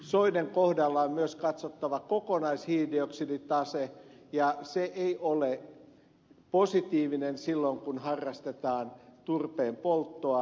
soiden kohdalla on myös katsottava kokonaishiilidioksiditase ja se ei ole positiivinen silloin kun harrastetaan turpeen polttoa